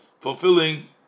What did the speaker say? fulfilling